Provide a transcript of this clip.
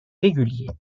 réguliers